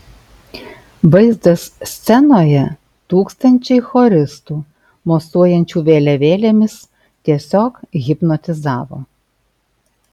vaizdas scenoje tūkstančiai choristų mosuojančių vėliavėlėmis tiesiog hipnotizavo